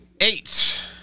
eight